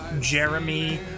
Jeremy